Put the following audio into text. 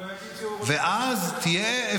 ואז הוא לא יגיד שהוא רוצה --- ואז תהיה אפשרות,